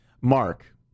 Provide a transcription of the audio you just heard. Mark